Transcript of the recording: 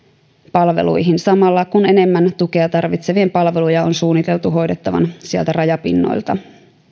palveluihin samalla kun enemmän tukea tarvitsevien palveluja on suunniteltu hoidettavan sieltä rajapinnoilta